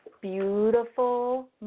beautiful